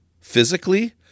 physically